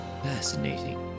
Fascinating